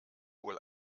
wohl